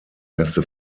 erste